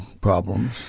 problems